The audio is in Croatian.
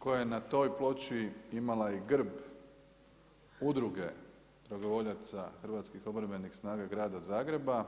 Koja je na toj ploči imala i grb udruge dragovoljaca hrvatskih obrambenih snaga Grada Zagreba